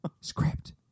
script